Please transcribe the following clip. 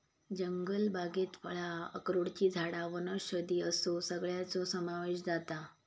जंगलबागेत फळां, अक्रोडची झाडां वनौषधी असो सगळ्याचो समावेश जाता